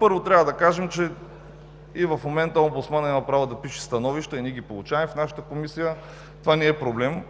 Първо, трябва да кажем, че и в момента омбудсманът има право да пише становища и ние ги получаваме в нашата Комисия, това не е проблем.